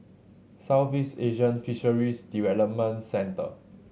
Southeast Asian Fisheries Development Centre